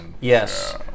yes